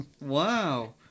Wow